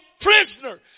prisoner